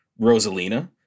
Rosalina